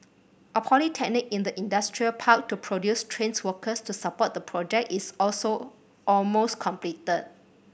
a polytechnic in the industrial park to produce trained workers to support the project is also almost completed